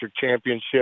championship